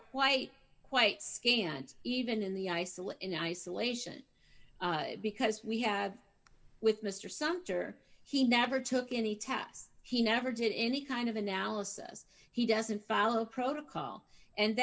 quite quite scant even in the isolette in isolation because we have with mr sumter he never took any tests he never did any kind of analysis he doesn't follow protocol and